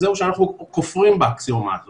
אז זהו, שאנחנו כופרים באקסיומה הזאת.